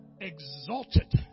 exalted